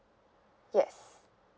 yes